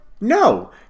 No